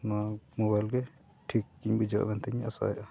ᱱᱚᱣᱟ ᱢᱳᱵᱟᱭᱤᱞ ᱜᱮ ᱴᱷᱤᱠᱤᱧ ᱵᱩᱡᱷᱟᱹᱣᱟ ᱢᱮᱱᱛᱮᱧ ᱟᱥᱟᱭᱮᱜᱼᱟ